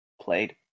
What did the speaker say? Played